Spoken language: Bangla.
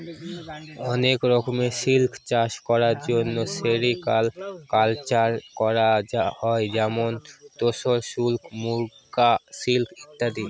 অনেক রকমের সিল্ক চাষ করার জন্য সেরিকালকালচার করা হয় যেমন তোসর সিল্ক, মুগা সিল্ক ইত্যাদি